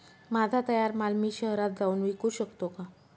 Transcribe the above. माझा तयार माल मी शहरात जाऊन विकू शकतो का?